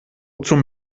zum